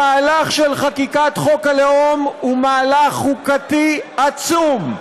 המהלך של חקיקת חוק הלאום הוא מהלך חוקתי עצום.